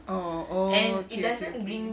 oh oh okay okay okay